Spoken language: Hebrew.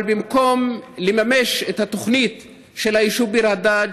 אבל במקום לממש את התוכנית של היישוב ביר הדאג',